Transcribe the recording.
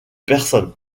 personnes